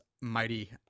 mighty